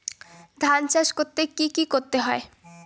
ধান চাষ করতে কি কি করতে হয়?